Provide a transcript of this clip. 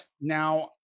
Now